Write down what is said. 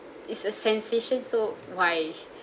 is a sensation so why